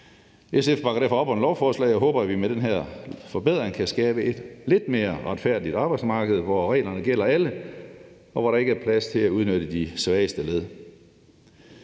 SF bakker derfor op om lovforslaget. Jeg håber, at vi med den her forbedring kan skabe et lidt mere retfærdigt arbejdsmarked, hvor reglerne gælder for alle, og hvor der ikke er plads til at udnytte de svageste led.